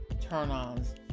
turn-ons